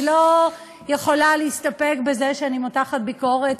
אני לא יכולה להסתפק בזה שאני מותחת ביקורת